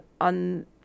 on